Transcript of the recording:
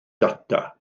data